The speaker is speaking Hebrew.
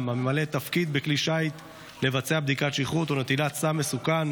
הממלא תפקיד בכלי שיט לבצע בדיקת שכרות או נטילת סם מסוכן.